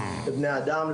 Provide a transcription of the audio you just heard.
לבני האדם,